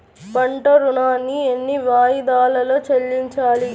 పంట ఋణాన్ని ఎన్ని వాయిదాలలో చెల్లించాలి?